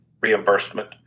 reimbursement